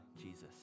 Jesus